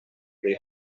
the